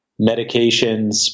medications